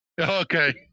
Okay